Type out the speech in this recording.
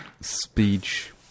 speech